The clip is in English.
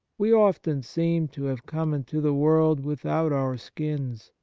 we often seem to have come into the world without our skins,